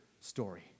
story